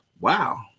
Wow